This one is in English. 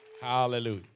Hallelujah